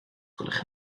gwelwch